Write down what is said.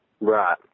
Right